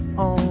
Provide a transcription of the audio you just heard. on